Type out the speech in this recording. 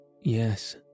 Yes